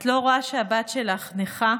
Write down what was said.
את לא רואה שהבת שלך נכה?